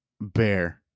bear